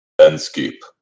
Landscape